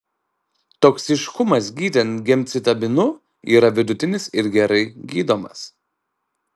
toksiškumas gydant gemcitabinu yra vidutinis ir gerai gydomas